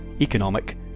economic